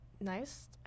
nice